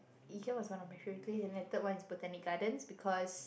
Ikea was one of my favorite place and then the third one is Botanic-Gardens because